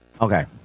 Okay